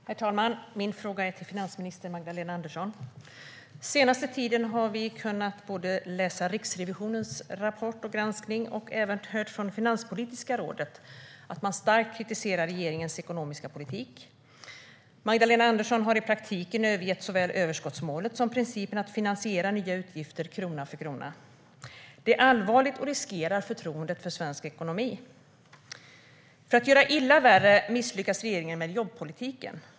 Herr talman! Min fråga är till finansminister Magdalena Andersson. Den senaste tiden har vi kunnat läsa Riksrevisionens rapport och granskning. Vi har även hört från Finanspolitiska rådet att man starkt kritiserar regeringens ekonomiska politik. Magdalena Andersson har i praktiken övergett såväl överskottsmålet som principen att man ska finansiera nya utgifter krona för krona. Det är allvarligt och riskerar förtroendet för svensk ekonomi. För att göra illa värre misslyckas regeringen med jobbpolitiken.